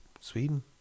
Sweden